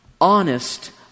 Honest